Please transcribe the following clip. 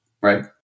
right